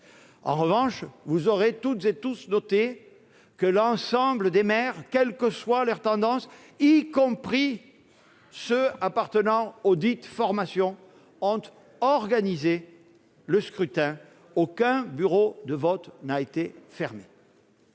mesdames, messieurs les sénateurs, que l'ensemble des maires, quelles que soient leurs tendances, y compris ceux qui appartiennent auxdites formations, ont organisé le scrutin. Aucun bureau de vote n'a été fermé.